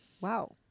Wow